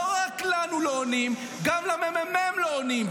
לא רק לנו לא עונים, גם לממ"מ לא עונים.